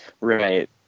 Right